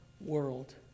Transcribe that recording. world